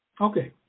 Okay